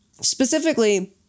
specifically